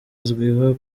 azwiho